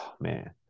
Man